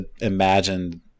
imagine